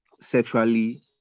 sexually